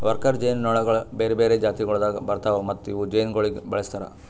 worker ಜೇನುನೊಣಗೊಳ್ ಬೇರೆ ಬೇರೆ ಜಾತಿಗೊಳ್ದಾಗ್ ಬರ್ತಾವ್ ಮತ್ತ ಇವು ಜೇನುಗೊಳಿಗ್ ಬಳಸ್ತಾರ್